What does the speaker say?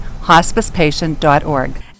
hospicepatient.org